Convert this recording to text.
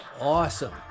awesome